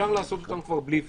אפשר לעשות אותם כבר בלי VC,